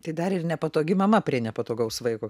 tai dar ir nepatogi mama prie nepatogaus vaiko